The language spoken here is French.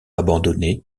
abandonnée